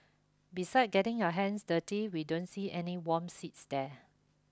beside getting your hands dirty we don't see any warm seats there